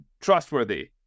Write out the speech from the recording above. trustworthy